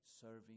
serving